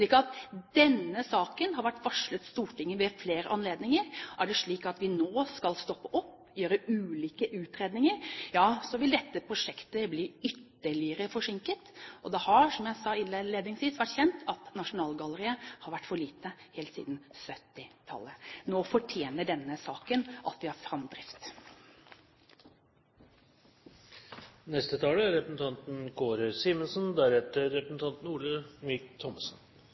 at vi nå skal stoppe opp og gjøre ulike utredninger, så vil dette prosjektet bli ytterligere forsinket. Det har, som jeg sa innledningsvis, vært kjent at Nasjonalgalleriet har vært for lite helt siden 1970-tallet. Nå fortjener denne saken at vi har